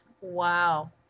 Wow